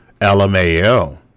LMAO